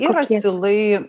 ir asilai